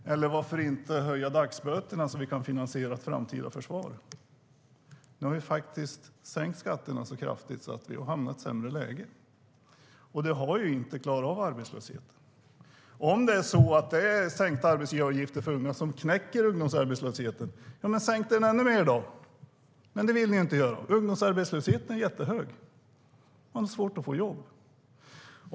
Eller varför inte höja dagsböterna så att vi kan finansiera ett framtida försvar? Nu har skatterna sänkts så kraftigt att vi har hamnat i ett sämre läge. Det har ju inte minskat arbetslösheten. Om det är sänkta arbetsgivaravgifter för unga som botar ungdomsarbetslösheten, ja, men sänk dem ännu mer då! Men det ni vill ni ju inte göra. Ungdomsarbetslösheten är jättehög. Man har svårt att få jobb.